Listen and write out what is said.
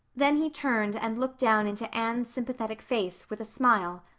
then he turned and looked down into anne's sympathetic face with a smile,